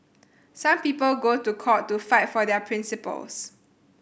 some people go to court to fight for their principles